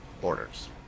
borders